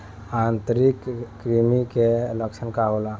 आंतरिक कृमि के लक्षण का होला?